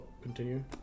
continue